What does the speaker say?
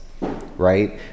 right